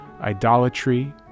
idolatry